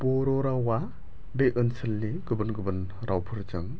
बर' रावआ बे ओनसोलनि गुबुन गुबुन रावफोरजों